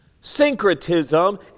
Syncretism